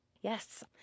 Yes